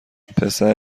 پسر